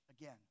again